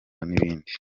n’ibindi